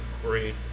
great